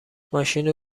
ماشینو